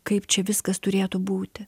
kaip čia viskas turėtų būti